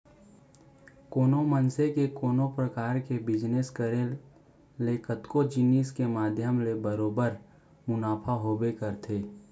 कोनो मनसे के कोनो परकार के बिजनेस करे ले कतको जिनिस के माध्यम ले बरोबर मुनाफा होबे करथे